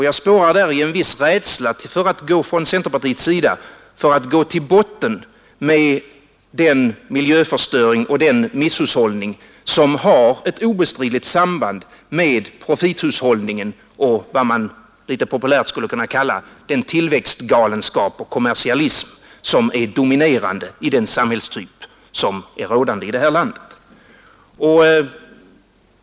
Jag spårar däri en viss rädsla från centerpartiets sida för att gå till botten med den miljöförstöring och den misshushållning som har ett obestridligt samband med profithushållningen och vad man litet populärt skulle kunna kalla den tillväxtgalenskap och kommersialism som är dominerande i den samhällstyp som är rådande i det här landet.